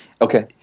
Okay